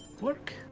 work